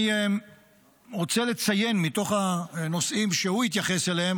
אני רוצה לציין מתוך הנושאים שהוא התייחס אליהם,